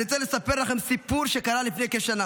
אני רוצה לספר לכם סיפור שקרה לפני כשנה,